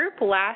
last